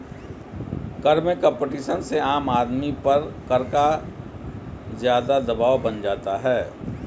कर में कम्पटीशन से आम आदमी पर कर का ज़्यादा दवाब बन जाता है